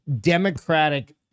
democratic